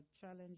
challenge